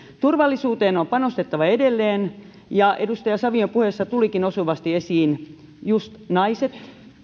turvallisuuteen on panostettava edelleen edustaja savion puheessa tulivatkin osuvasti esiin just naiset